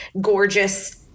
gorgeous